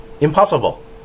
Impossible